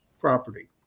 property